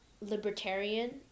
libertarian